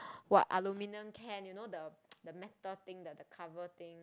what aluminium can you know the the metal thing the the cover thing